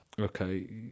okay